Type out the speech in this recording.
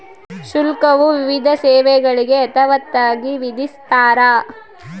ಶುಲ್ಕವು ವಿವಿಧ ಸೇವೆಗಳಿಗೆ ಯಥಾವತ್ತಾಗಿ ವಿಧಿಸ್ತಾರ